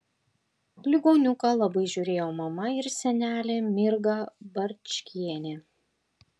ligoniuką labai žiūrėjo mama ir senelė mirga barčkienė